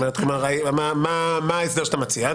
מה ההסדר שאתה מציע?